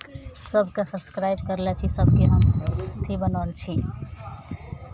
सभकेँ सब्सक्राइब करने छी सभके हम अथी बनल छी